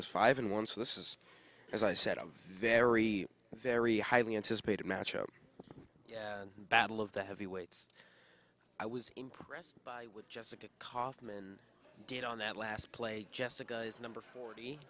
e five in one so this is as i said of their re very highly anticipated matchup yeah battle of the heavyweights i was impressed by with jessica kaufman did on that last play jessica is number forty